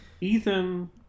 Ethan